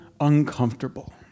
uncomfortable